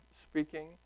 speaking